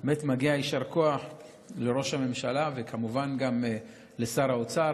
באמת מגיע יישר כוח לראש הממשלה וכמובן גם לשר האוצר,